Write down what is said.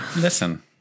Listen